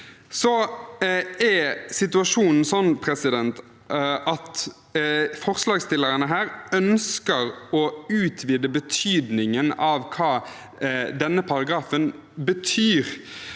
Situasjonen er at forslagsstillerne her ønsker å utvide betydningen av hva denne paragrafen betyr.